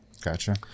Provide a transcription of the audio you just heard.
Gotcha